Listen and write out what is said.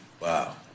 Wow